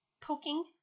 poking